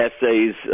essays